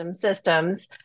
systems